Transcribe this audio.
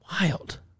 Wild